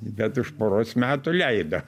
bet už poros metų leido